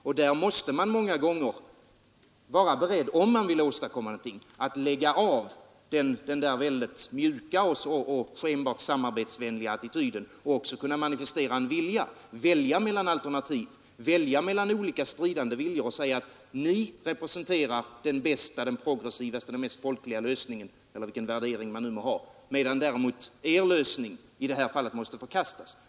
Och vill man åstadkomma någonting, så måste man i det samspelet många gånger vara beredd att lägga av den väldigt mjuka och skenbart samarbetsvänliga attityden och i stället manifestera en vilja, dvs. att välja mellan alternativ och mellan olika stridande viljor, och säga att ni representerar den bästa, den mest progressiva och folkliga lösningen — eller vilken värdering man ju må ha — medan däremot er lösning i detta fall måste förkastas.